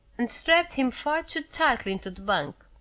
and strapped him far too tightly into the bunk.